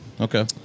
Okay